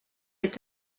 est